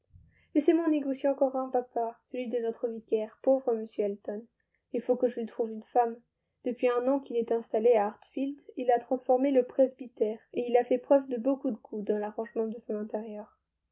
laissez-moi en négocier encore un papa celui de notre vicaire pauvre m elton il faut que je lui trouve une femme depuis un an qu'il est installé à hartfield il a transformé le presbytère et il a fait preuve de beaucoup de goût dans l'arrangement de son intérieur